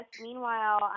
Meanwhile